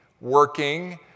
working